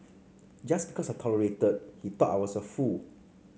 just because I tolerated he thought I was a fool